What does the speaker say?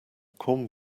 corned